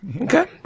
Okay